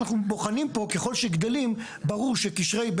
אנחנו בוחנים פה ככל שגדלים ברור שקשרי,